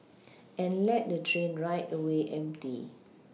and let the train ride away empty